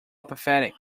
apathetic